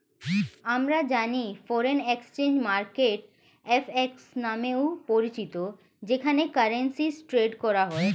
আমরা জানি foreign exchange market FX নামেও পরিচিত যেখানে কারেন্সি ট্রেড করা হয়